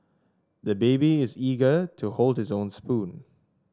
the baby is eager to hold his own spoon